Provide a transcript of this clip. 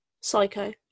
Psycho